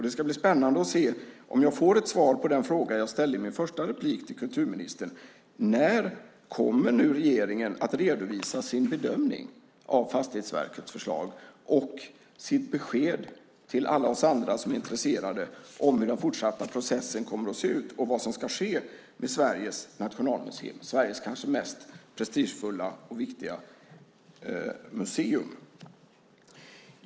Det ska bli spännande att se om jag får ett svar på den fråga jag ställde i mitt första inlägg till kulturministern: När kommer regeringen att redovisa sin bedömning av Fastighetsverkets förslag och sitt besked till alla oss andra som är intresserade om hur den fortsatta processen kommer att se ut och vad som ska ske med Sveriges nationalmuseum - Sveriges kanske mest prestigefulla och viktiga museum?